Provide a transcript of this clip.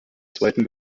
zweiten